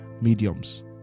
mediums